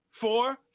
four